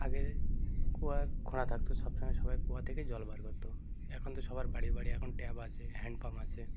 আগে কুয়া খোঁড়া থাকতো সব সময় সবাই কুয়া থেকেই জল বার করতো এখন তো সবার বাড়ি বাড়ি এখন ট্যাপ আছে হ্যান্ডপাম্প আছে